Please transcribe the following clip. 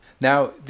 Now